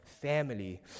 family